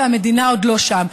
והמדינה עוד לא שם.